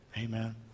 Amen